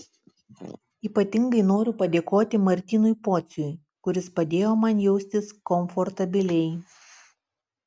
ypatingai noriu padėkoti martynui pociui kuris padėjo man jaustis komfortabiliai